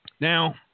Now